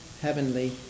heavenly